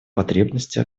потребности